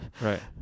right